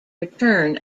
return